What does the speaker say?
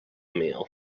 meal